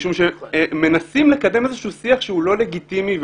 משום שמנסים לקדם שיח לא לגיטימי,